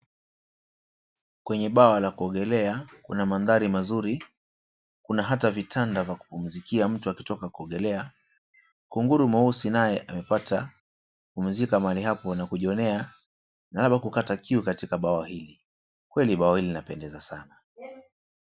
Kwenye bwawa la kuongelea kuna mandhari mazuri kuna hata vitanda vya kupumzikia mtu akitoka kuongelea, kunguru mweusi naye amepata kupumzika mahali hapo na kujionea anavyok kata kiu katika bwawa hili. Kweli bwawa hili lapendeza sana.